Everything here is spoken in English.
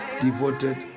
devoted